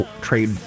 trade